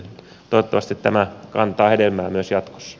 toivottavasti tämä kantaa hedelmää myös jatkossa